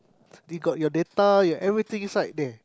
they got your data your everything inside there